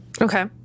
Okay